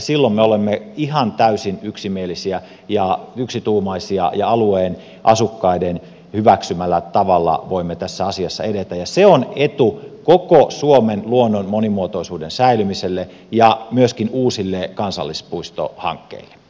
silloin me olemme ihan täysin yksimielisiä ja yksituumaisia ja alueen asukkaiden hyväksymällä tavalla voimme tässä asiassa edetä ja se on etu koko suomen luonnon monimuotoisuuden säilymiselle ja myöskin uusille kansallispuistohankkeille